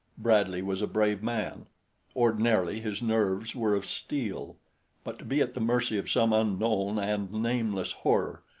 bradley was a brave man ordinarily his nerves were of steel but to be at the mercy of some unknown and nameless horror,